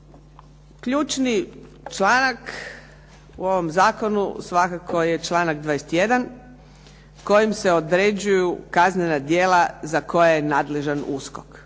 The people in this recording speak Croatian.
Ključni članak u ovom zakonu svakako je članak 21. kojim se određuju kaznena djela za koja je nadležan USKOK.